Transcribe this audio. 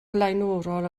flaenorol